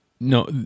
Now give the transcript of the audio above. No